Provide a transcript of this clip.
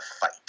fight